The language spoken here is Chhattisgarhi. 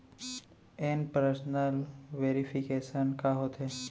इन पर्सन वेरिफिकेशन का होथे?